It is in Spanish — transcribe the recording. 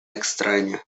extraña